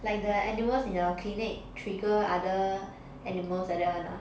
like the animals in your clinic trigger other animals like that one ah